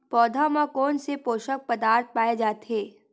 पौधा मा कोन से पोषक पदार्थ पाए जाथे?